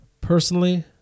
personally